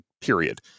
period